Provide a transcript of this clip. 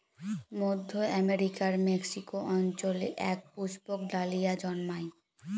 মধ্য আমেরিকার মেক্সিকো অঞ্চলে এক পুষ্পক ডালিয়া জন্মায়